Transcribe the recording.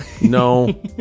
No